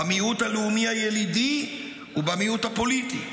במיעוט הלאומי הילידי ובמיעוט הפוליטי.